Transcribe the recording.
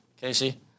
Casey